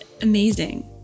amazing